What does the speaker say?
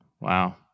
Wow